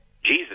Jesus